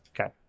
Okay